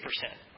percent